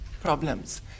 problems